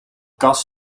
kast